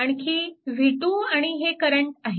आणखी v2 आणि हे करंट आहेत